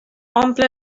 omple